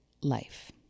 life